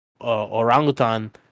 orangutan